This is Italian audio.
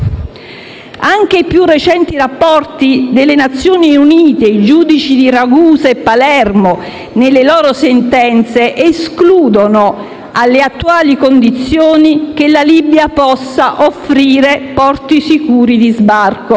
Anche i più recenti rapporti delle Nazioni Unite e i giudici di Ragusa e Palermo nelle loro sentenze escludono, alle attuali condizioni, che la Libia possa offrire porti sicuri di sbarco,